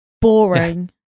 boring